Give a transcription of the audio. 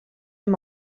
amb